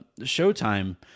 Showtime